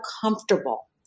comfortable